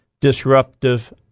disruptive